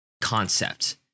concept